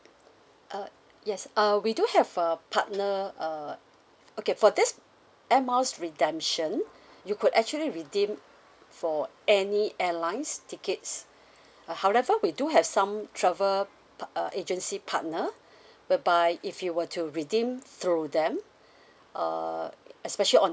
uh yes uh we do have a partner uh okay for this air miles redemption you could actually redeem for any airlines tickets uh however we do have some travel part~ uh agency partner whereby if you were to redeem through them uh especially on